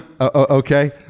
Okay